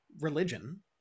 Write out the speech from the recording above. religion